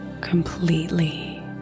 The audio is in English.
completely